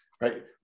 Right